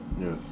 Yes